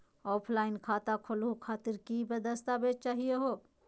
Offline खाता खोलहु खातिर की की दस्तावेज चाहीयो हो?